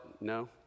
No